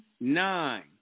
nine